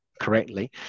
correctly